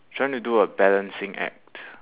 trying to do a balancing act